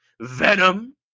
Venom